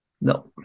No